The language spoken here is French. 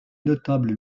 notable